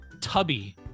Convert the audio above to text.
tubby